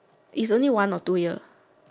is only one or two year